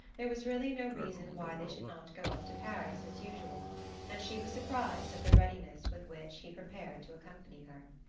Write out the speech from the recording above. there was really no reason why they should not go up to paris as usual and she was surprised at the readiness with which he prepared to accompany her.